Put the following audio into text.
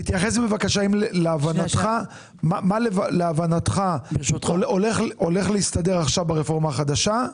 תתייחס בבקשה מה להבנתך הולך להסתדר עכשיו ברפורמה החדשה.